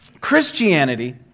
Christianity